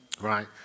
right